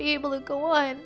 be able to go on